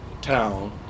town